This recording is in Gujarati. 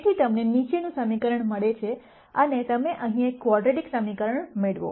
તેથી તમને નીચેનું સમીકરણ મળે છે અને તમે અહીં એક ક્વોડ્રેટિક સમીકરણ મેળવો